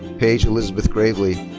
paige elizabeth gravely.